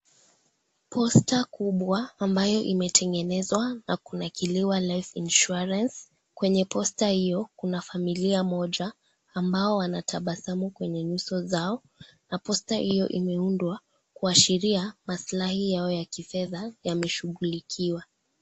Posta kubwa ambayo imetengenezwa na kuna kiliwalife insurance kwenye posta iyo kuna familia moja ambao anatabasamu kwenye nyuso zao na posta iyo imiundwa kuashiria maslahi yao ya kifedha yameshugulikiwa.